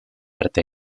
arte